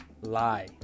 lie